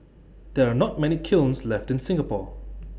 there are not many kilns left in Singapore